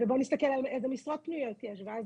ובואו נסתכל על איזה משרדות פנויות יש ואז